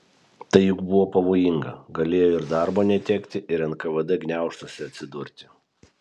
tai juk buvo pavojinga galėjo ir darbo netekti ir nkvd gniaužtuose atsidurti